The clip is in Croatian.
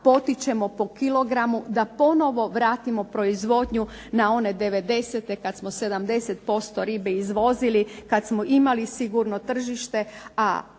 potičemo po kilogramu da ponovno vratimo proizvodnju na one '90. kada smo 70% ribe izvozili, kada smo imali sigurno tržište.